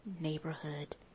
neighborhood